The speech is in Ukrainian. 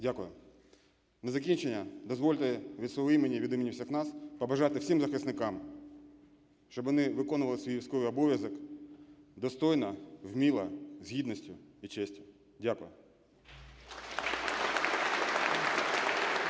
Дякую. На закінчення дозвольте від свого імені, від імені всіх нас побажати всім захисникам, щоб вони виконували свій військовий обов'язок достойно, вміло, з гідністю і честю. Дякую.